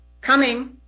Coming